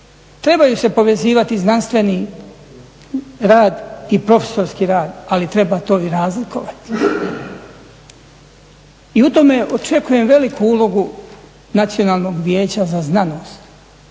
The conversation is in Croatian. Trebaju se povezivati znanstveni rad i profesorski rad ali treba to i razlikovati. I u tome očekujem veliku ulogu Nacionalnog vijeća za znanost.